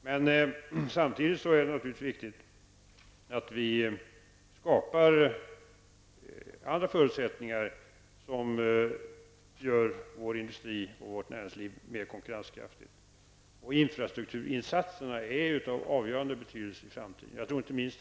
Men samtidigt är det naturligtvis viktigt att vi skapar förutsättningar som gör vår industri och vårt näringsliv mer konkurrenskraftiga. Infrastrukturinsatserna är av avgörande betydelse för framtiden.